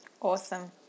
Awesome